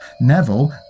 Neville